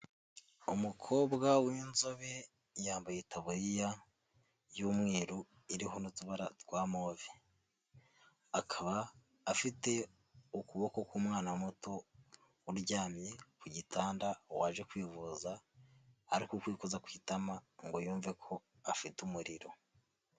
Umukobwa w'inzobe yambaye itaburiya y'umweru iriho n'utubara twa move, akaba afite ukuboko k'umwana muto uryamye ku gitanda, waje kwivuza, ari kukwikoza ku itama ngo yumve ko afite umuriro.